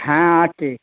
হ্যাঁ আছি